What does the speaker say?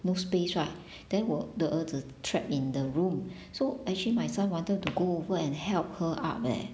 no space right then 我的儿子 trapped in the room so actually my son wanted to go over and help her up eh